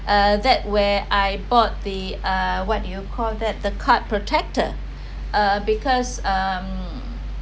uh that where I bought the uh what did you call that the card protector uh because um